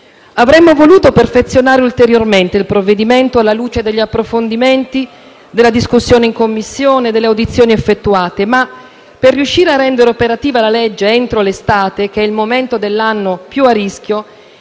Avremmo voluto perfezionare ulteriormente il provvedimento, alla luce degli approfondimenti della discussione in Commissione e delle audizioni effettuate, ma, per riuscire a rendere operativa la legge entro l'estate, che è il momento dell'anno più a rischio,